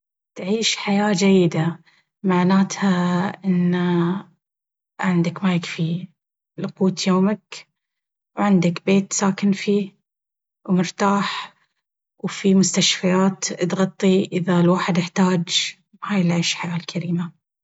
تعيش حياة جيدة معناتها ان عندك ما يكفي لقوت يومك وعندك بيت ساكن فيه ومرتاح... وفي مستشفيات تغطي إذا الواحد إحتاج... هاي العيش حياة كريمة.